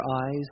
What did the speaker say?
eyes